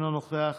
אינו נוכח,